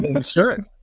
Sure